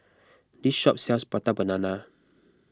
this shop sells Prata Banana